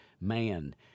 man